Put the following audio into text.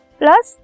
plus